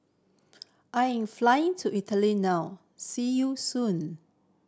I'm flying to Italy now see you soon